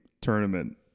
tournament